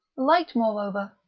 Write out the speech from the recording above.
light, moreover,